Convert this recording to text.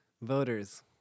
Voters